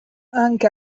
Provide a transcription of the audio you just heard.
anche